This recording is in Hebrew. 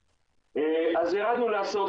אז ירדנו להסעות,